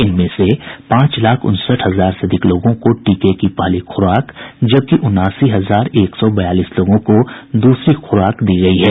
इनमें से पांच लाख उनसठ हजार से अधिक लोगों को टीके की पहली खुराक जबकि उनासी हजार एक सौ बयालीस लोगों को दूसरी खुराक दी गयी है